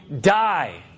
die